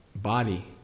body